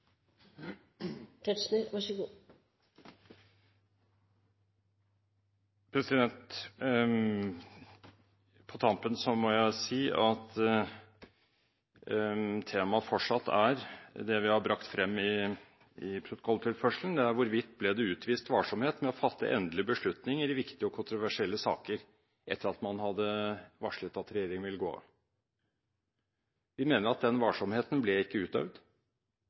Tetzschner har hatt ordet to ganger tidligere og får ordet til en kort merknad, begrenset til 1 minutt. På tampen må jeg si at temaet fortsatt er det vi har brakt frem i protokolltilførselen, nemlig hvorvidt det ble utvist varsomhet med å fatte endelige beslutninger i viktige og kontroversielle saker etter at man hadde varslet at regjeringen ville gå av. Vi mener at den varsomheten ikke ble